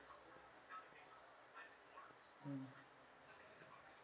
mm